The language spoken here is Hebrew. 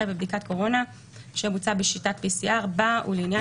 אחרי "בבדיקת קורונה שבוצעה בשיטת PCR" בא "ולעניין